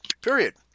period